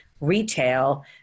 retail